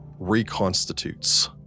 reconstitutes